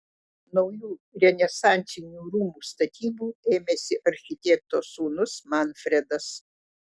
naujų renesansinių rūmų statybų ėmėsi architekto sūnus manfredas